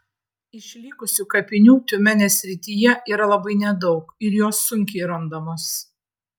išlikusių kapinių tiumenės srityje yra labai nedaug ir jos sunkiai randamos